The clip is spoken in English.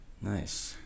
Nice